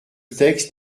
texte